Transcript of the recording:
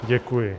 Děkuji.